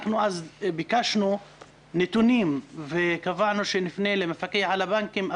אנחנו אז ביקשנו נתונים וקבענו שנפנה למפקח על הבנקים,